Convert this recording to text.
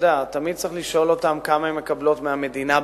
תמיד צריך לשאול אותן כמה הן מקבלות מהמדינה בכלל.